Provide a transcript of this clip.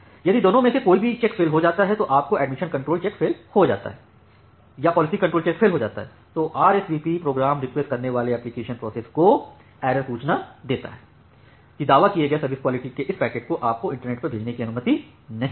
यदि दोनों में से कोई भी चेक फेल हो जाता है जैसे आपका एडमिशन कंट्रोल चेक फेल हो जाता है या पॉलिसी कंट्रोल चेक फेल हो जाता है तो RSVP प्रोग्राम रिक्वेस्ट करने वाले अपलीकेशन प्रोसेस को एक एरर सूचना देता है कि दावा किये गए सर्विस क्वालिटी के इस पैकेट को आपको इंटरनेट पर भेजने की अनुमति नहीं है